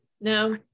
No